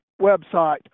website